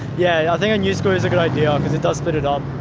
yeah. i think a new school is a good idea because it does split it um